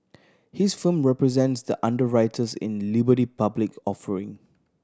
his firm represents the underwriters in Liberty public offering